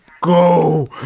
go